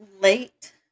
late